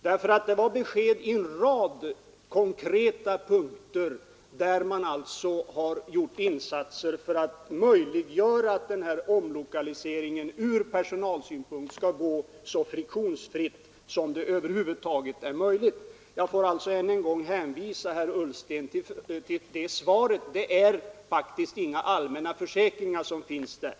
Det innehöll nämligen besked på en rad konkreta punkter, där vi gjort insatser för att omlokaliseringen från personalsynpunkt skall gå så friktionsfritt som det över huvud taget är möjligt. Jag får alltså än en gång hänvisa herr Ullsten till det svaret. Det är faktiskt inga allmänna försäkringar som finns där.